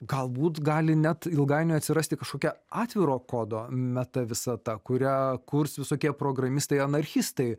galbūt gali net ilgainiui atsirasti kažkokia atviro kodo meta visata kurią kurs visokie programistai anarchistai